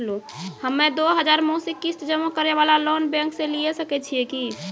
हम्मय दो हजार मासिक किस्त जमा करे वाला लोन बैंक से लिये सकय छियै की?